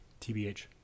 TBH